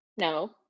No